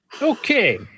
Okay